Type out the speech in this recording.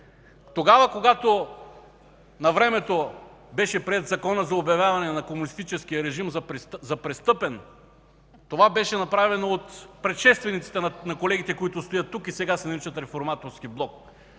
Тогава, когато навремето беше приет Законът за обявяване на комунистическия режим за престъпен, това беше направено от предшествениците на колегите, които стоят тук и сега се наричат „Реформаторски блок”.